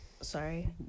Sorry